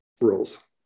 rules